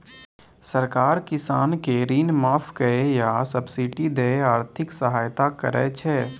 सरकार किसान केँ ऋण माफ कए या सब्सिडी दए आर्थिक सहायता करै छै